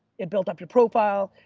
it built up your profile.